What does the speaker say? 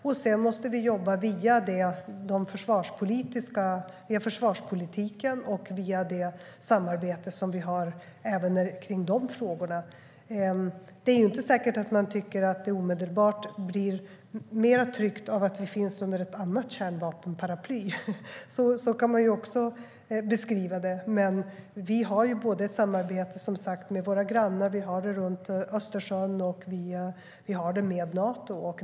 Vi måste också jobba via försvarspolitiken och via det samarbete vi har även om de frågorna. Det är inte säkert att man tycker att det omedelbart blir tryggare av att vi finns under ett annat kärnvapenparaply. Så kan man också beskriva det. Vi har samarbete med våra grannar, runt Östersjön och med Nato.